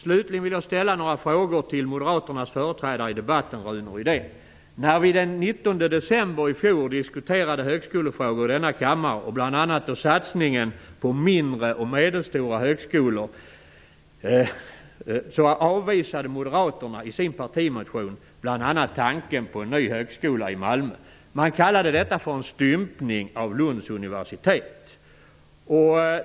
Slutligen vill jag ställa några frågor till Moderaternas företrädare i debatten, Rune Rydén. När vi den 19 december i fjol diskuterade högskolefrågor i denna kammare, bl.a. satsningen på mindre och medelstora högskolor, avvisade Moderaterna i sin partimotion bl.a. tanken på en ny högskola i Malmö. Man kallade detta för en stympning av Lunds universitet.